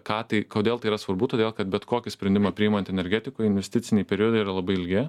ką tai kodėl tai yra svarbu todėl kad bet kokį sprendimą priimant energetikoj investiciniai periodai yra labai ilgi